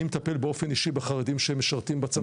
אני מטפל באופן אישי בחרדים שמשרתים בצנחנים ובגבעתי.